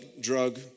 drug